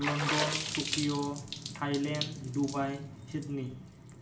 London Tokyo Thailand Dubai Sydney